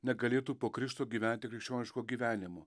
negalėtų po krikšto gyventi krikščioniško gyvenimo